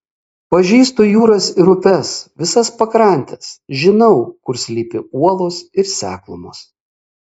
pažįstu jūras ir upes visas pakrantes žinau kur slypi uolos ir seklumos